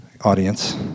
audience